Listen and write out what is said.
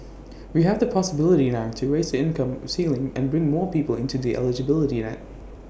we have the possibility now to raise the income ceiling and bring more people into the eligibility net